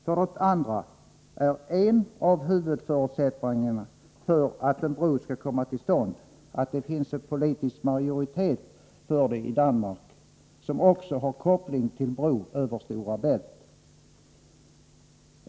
För det andra är en av huvudförutsättningarna för att en bro skall komma till stånd att det i Danmark finns en politisk majoritet för det som också har koppling till bro över Stora Bält.